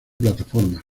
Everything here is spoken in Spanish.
plataformas